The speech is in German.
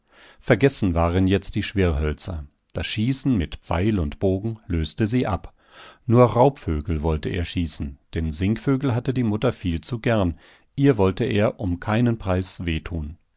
vergessen waren jetzt die schwirrhölzer das schießen mit pfeil und bogen löste sie ab nur raubvögel wollte er schießen denn singvögel hatte die mutter viel zu gern ihr wollte er um keinen preis weh tun